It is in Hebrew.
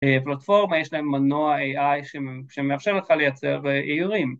פלטפורמה, יש להם מנוע AI שמאפשר לך לייצר איורים.